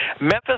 Memphis